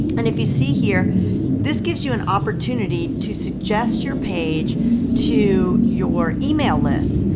and if you see here this gives you an opportunity to suggest your page to your email list.